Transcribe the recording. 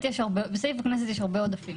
בסעיף הכנסת יש הרבה עודפים